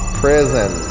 prison